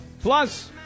Plus